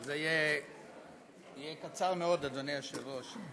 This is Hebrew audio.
זה יהיה קצר מאוד, אדוני היושב-ראש.